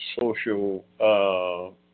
social